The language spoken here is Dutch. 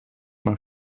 maar